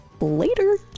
Later